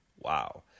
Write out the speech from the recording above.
Wow